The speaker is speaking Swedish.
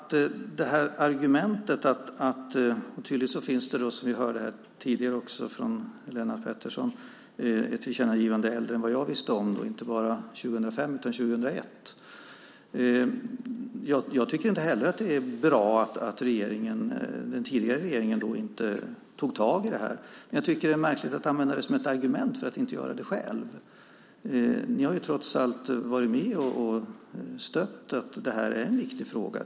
Tydligen finns det, vilket vi hörde tidigare här från Lennart Pettersson, ett tillkännagivande som är äldre än det jag visste om. Det finns inte bara ett från 2005 utan också ett från 2001. Jag tycker inte heller att det är bra att den tidigare regeringen inte tog tag i detta. Men det är märkligt att använda det som ett argument för att inte göra det själv. Ni har trots allt varit med och har tidigare stött att det är en viktig fråga.